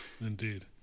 Indeed